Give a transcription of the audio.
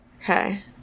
Okay